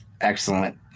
Excellent